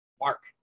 Mark